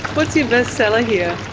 what's your best seller here?